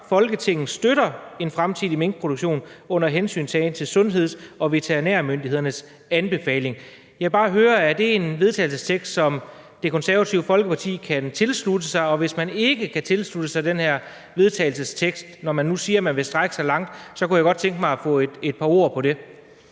Folketinget støtter en fremtidig minkproduktion under hensyntagen til sundheds- og veterinærmyndighedernes anbefalinger.« Jeg vil bare høre, om det er et forslag til vedtagelse, som Det Konservative Folkeparti kan tilslutte sig. Og hvis man ikke kan tilslutte sig det her forslag til vedtagelse – når man nu siger, at man vil strække sig langt – kunne jeg godt tænke mig at få et par ord på det.